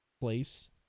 place